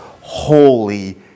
holy